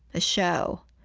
a show.